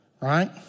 Right